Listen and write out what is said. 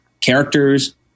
characters